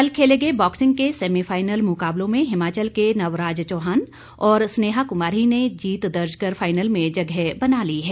कल खेले गए बॉक्सिंग के सेमीफाइनल मुकाबलों में हिमाचल के नवराज चौहान और स्नेहा कुमारी ने जीत दर्ज कर फाईनल में जगह बना ली है